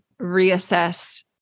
reassess